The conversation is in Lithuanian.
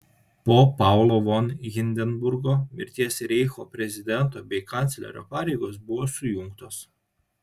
po paulo von hindenburgo mirties reicho prezidento bei kanclerio pareigos buvo sujungtos